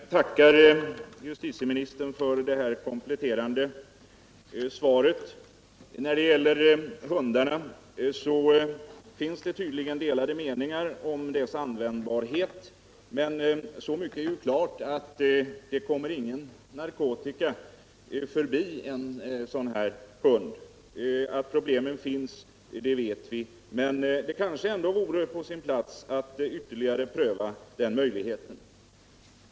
Herr talman! Jag tackar justiticministern för hans kompletterande besked. Det finns tydligen delade meningar om narkotikahundarnas användbarhet, men så mycket är klart att det inte kommer någon narkotika förbi en sådan hund. Att problem finns i det sammanhanget vet vi, men det kanske ändå vore på sin plats att ytterligare pröva den möjligheten.